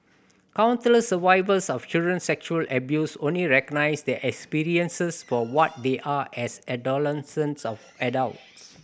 countless survivors of child sexual abuse only recognise their experiences for what they are as adolescents or adults